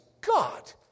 God